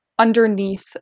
underneath